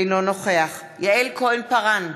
אינו נוכח יעל כהן-פארן,